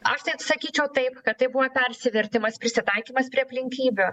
aš tai sakyčiau taip kad tai buvo persivertimas prisitaikymas prie aplinkybių